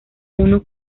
uno